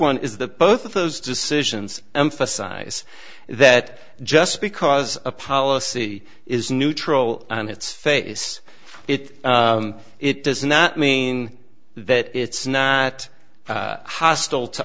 one is that both of those decisions emphasize that just because a policy is neutral on its face it it does not mean that it's not hostile to